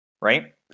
right